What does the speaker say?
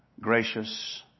gracious